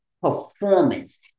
performance